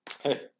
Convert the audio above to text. Hey